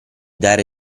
dare